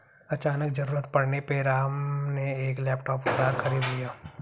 अचानक ज़रूरत पड़ने पे राम ने एक लैपटॉप उधार खरीद लिया